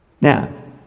Now